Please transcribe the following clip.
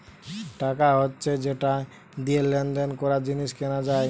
টাকা হচ্ছে যেটা দিয়ে লেনদেন করা, জিনিস কেনা যায়